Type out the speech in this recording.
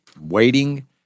waiting